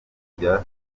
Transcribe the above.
kujya